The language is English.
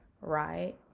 right